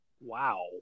Wow